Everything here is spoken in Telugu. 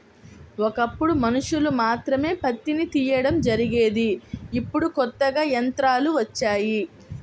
ఒకప్పుడు మనుషులు మాత్రమే పత్తిని తీయడం జరిగేది ఇప్పుడు కొత్తగా యంత్రాలు వచ్చాయి